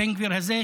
הבן גביר הזה,